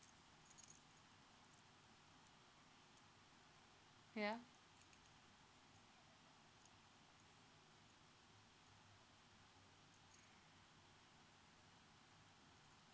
ya